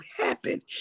happen